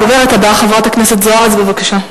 הדוברת הבאה, חברת הכנסת זוארץ, בבקשה.